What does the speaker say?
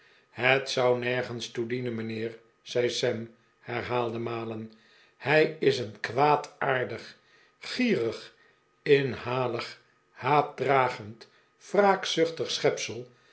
het zou nergens toe dienen mijnheer zei sam herhaalde malen hij is een kwaadaardig gierig inhalig haatdragend wraakzuchtig